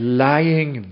lying